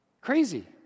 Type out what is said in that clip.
Crazy